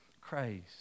Christ